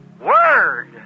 word